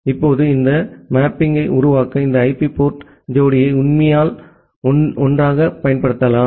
இப்போது இந்த மேப்பிங்கை உருவாக்க இந்த ஐபி போர்ட் ஜோடியை உண்மையில் ஒன்றாகப் பயன்படுத்தலாம்